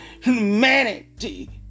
humanity